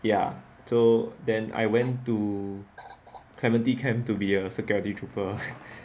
ya so then I went to clementi camp to be a security trooper ah